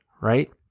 right